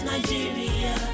Nigeria